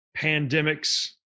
pandemics